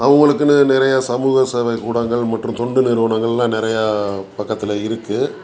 அவங்களுக்குன்னு நிறைய சமூக சேவை ஊடகங்கள் மற்றும் தொண்டு நிறுவனங்களெல்லாம் நிறையா பக்கத்தில் இருக்குது